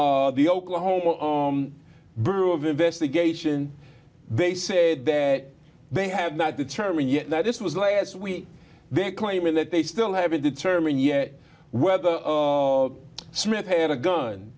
the oklahoma borough of investigation they said that they have not determined yet that this was last week they're claiming that they still haven't determined yet whether of smith had a gun